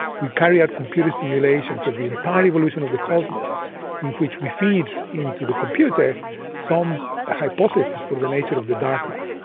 we carry out computer simulations of the entire evolution of the cosmos in which we feed into the computer some hypotheses for the nature of the dark matter.